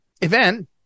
event